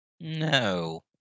No